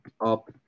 up